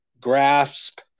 grasp